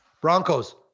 Broncos